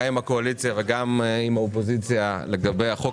גם עם הקואליציה וגם עם האופוזיציה, לגבי החוק